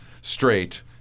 straight